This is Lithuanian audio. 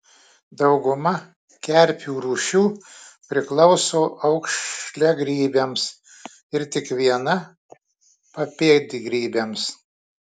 dauguma kerpių rūšių priklauso aukšliagrybiams ir tik viena papėdgrybiams